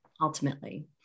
ultimately